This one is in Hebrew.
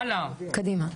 קדימה.